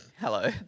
Hello